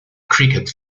cricket